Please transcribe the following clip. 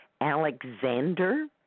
Alexander